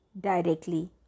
directly